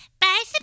Bye